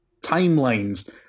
timelines